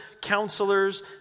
counselors